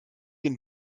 den